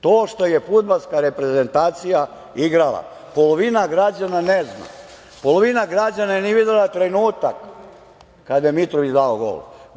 To što je fudbalska reprezentacija igrala, polovina građana ne zna, polovina građana nije videla trenutak kada je Mitrović dao gol.